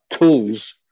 tools